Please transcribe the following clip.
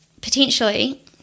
potentially